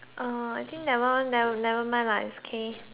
uh I think that one neve~ nevermind lah it's okay